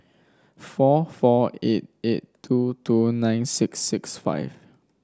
four four eight eight two two nine six six five